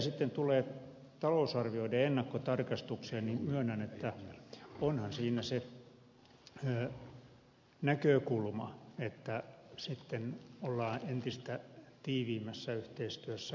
mitä tulee talousarvioiden ennakkotarkastukseen niin myönnän että onhan siinä se näkökulma että sitten ollaan entistä tiiviimmässä yhteistyössä